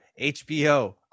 HBO